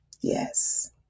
Yes